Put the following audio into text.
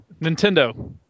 Nintendo